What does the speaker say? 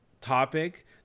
topic